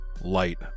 light